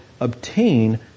obtain